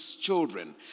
children